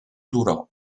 durò